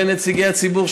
ולנציגי הציבור,